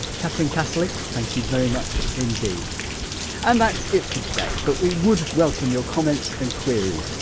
catherine casserley, thank you very much indeed and that's it for today but we would welcome your comments and queries,